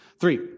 three